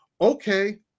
Okay